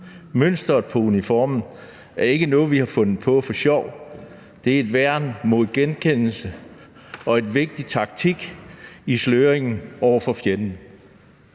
Mønsteret på uniformen er ikke noget, vi har fundet på for sjov. Det er et værn mod genkendelse og en vigtig del af taktikken med sløring over for fjenden.